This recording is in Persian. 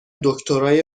دکترای